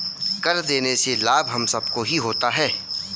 कर देने से लाभ हम सबको ही होता है